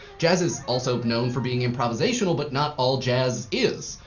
jazz is also known for being improvisational, but not all jazz is.